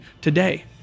today